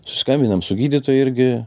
susiskambinam su gydytoju irgi